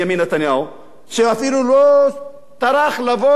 שאפילו לא טרח לבוא להציג את הדבר,